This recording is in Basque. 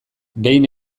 behin